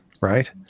right